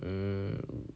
mm